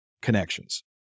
connections